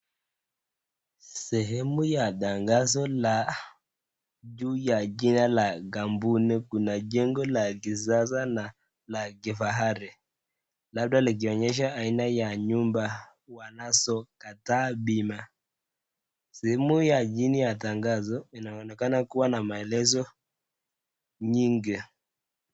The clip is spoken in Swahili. Sehemu ya tangazo la juu ya ajira la kampuni ,kuna jengo la kisasa na la kifahari. Labda likionyesha aina ya nyumba wanazo kataa bima .Sehemu ya chini ya tangazo inaonekana kuwa na maelezo nyingi.